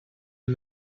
and